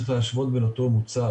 צריך להשוות בין אותו מוצר.